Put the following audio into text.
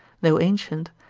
though ancient,